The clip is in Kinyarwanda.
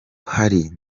hari